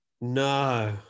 No